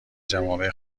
جوامع